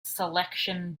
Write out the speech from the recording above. selection